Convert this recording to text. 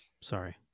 Sorry